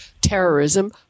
terrorism